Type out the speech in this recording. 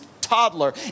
toddler